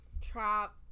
trap